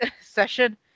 session